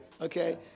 okay